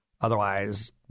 Otherwise